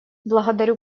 благодарю